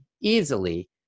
easily